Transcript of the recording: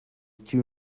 too